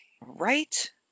right